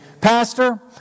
Pastor